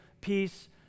peace